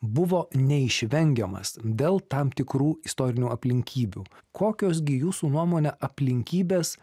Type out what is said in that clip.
buvo neišvengiamas dėl tam tikrų istorinių aplinkybių kokios gi jūsų nuomone aplinkybės